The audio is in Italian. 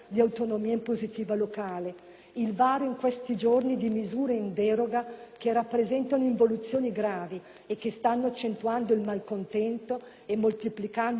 il varo in questi giorni di misure in deroga che rappresentano involuzioni gravi e che stanno accentuando il malcontento e moltiplicando confusione e contraddizioni